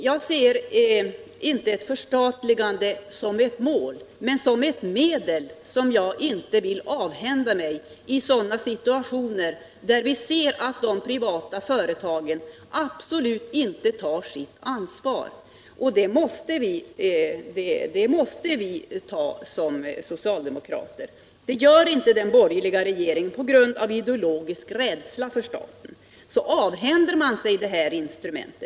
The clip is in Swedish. Jag ser inte ett förstatligande som ett mål, utan som ett medel som jag inte vill avhända mig i sådana situationer där de privata företagen absolut inte tar sitt ansvar. Det måste vi som socialdemokrater ta. Det gör inte den borgerliga regeringen på grund av ideologisk rädsla för staten. Därför avhänder man sig detta instrument.